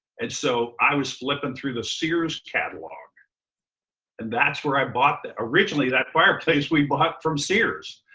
and so i was flipping through the sears catalog and that's where i bought that. originally, that fireplace we bought from sears.